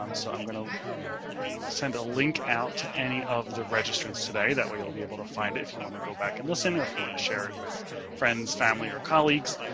um so i'm gonna. send a link out to any of the registrant's today that we will be able to find it. if you want to go back and listen, or if you want to share it with friends, family, or colleagues.